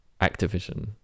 Activision